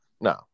No